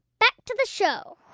back to the show